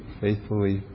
faithfully